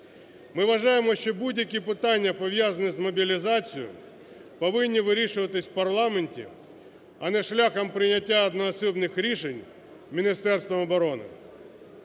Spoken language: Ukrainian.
Ми вважаємо, що будь-які питання, пов'язані з мобілізацією, повинні вирішуватись в парламенті, а не шляхом прийняття одноосібних рішень Міністерства оборони.